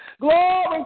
Glory